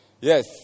Yes